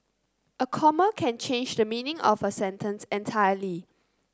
a comma can change the meaning of a sentence entirely